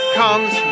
comes